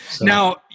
Now